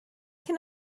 can